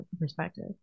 perspective